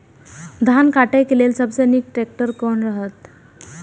धान काटय के लेल सबसे नीक ट्रैक्टर कोन रहैत?